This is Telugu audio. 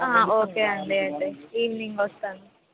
ఓకే అండి అయితే ఈవెనింగ్ వస్తాను